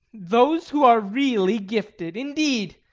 those who are really gifted, indeed!